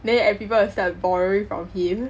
then ev~ people will start borrowing from him